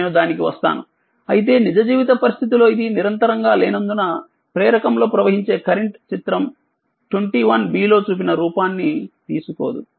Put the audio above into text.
నేనుదానికి వస్తానుఅయితే నిజ జీవిత పరిస్థితిలో ఇది నిరంతరంగా లేనందున ప్రేరకం లో ప్రవహించే కరెంట్ చిత్రం21bలో చూపిన రూపాన్ని తీసుకోదు